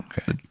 okay